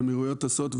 האמירויות כן טסות.